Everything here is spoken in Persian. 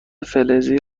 فلزی